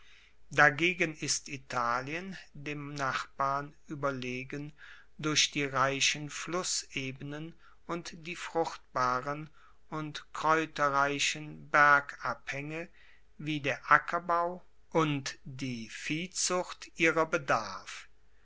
dagegen ist italien dem nachbarn ueberlegen durch die reichen flussebenen und die fruchtbaren und kraeuterreichen bergabhaenge wie der ackerbau und die viehzucht ihrer bedarf